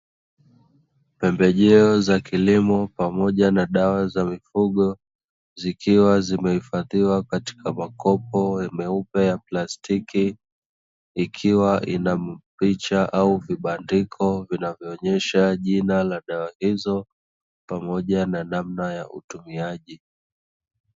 Pembejeo za kilimo pamoja na dawa za mifugo, zikiwa zimehifadhiwa katika makopo meupe ya plastiki, ikiwa ina picha au vibandiko vinavyoonesha jina za dawa hizo, pamoja namna ya utumiaji.